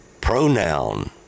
Pronoun